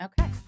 okay